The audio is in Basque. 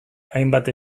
hainbat